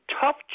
tough